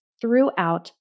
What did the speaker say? throughout